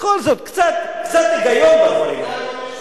בכל זאת, קצת היגיון בדברים האלה.